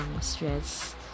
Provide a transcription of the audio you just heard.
stress